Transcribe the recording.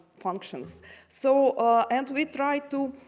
functions so ah and we try to